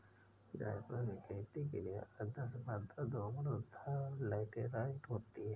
जायफल की खेती के लिए आदर्श मृदा दोमट तथा लैटेराइट होती है